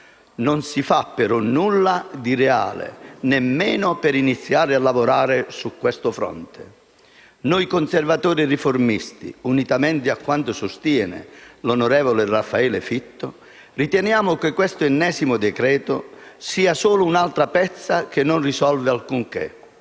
Non si fa però nulla di reale, nemmeno per iniziare a lavorare su questo fronte. Noi Conservatori e Riformisti, unitamente a quanto sostiene l'onorevole Raffaele Fitto, riteniamo che questo ennesimo decreto-legge sia solo un'altra pezza che non risolve alcunché.